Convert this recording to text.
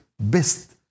best